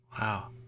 Wow